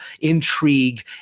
intrigue